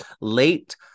late